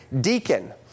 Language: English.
deacon